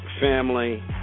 Family